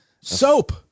soap